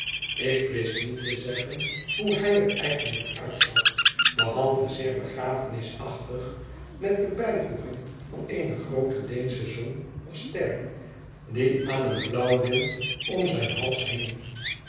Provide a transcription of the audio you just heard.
ik wist niet te zeggen hoe hij er eigenlijk uitzag behalve zeer begrafenisachtig met de bijvoeging van eene groote deensche zon of ster die aan een blauw lint om zijn hals hing